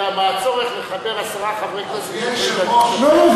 אלא מהצורך לחבר עשרה חברי כנסת שיכולים להגיש הצעה.